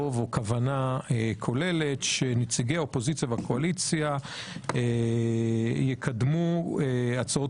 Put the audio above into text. או כוונה כוללת שנציגי האופוזיציה והקואליציה יקדמו הצעות